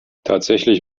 tatsächlich